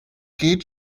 gate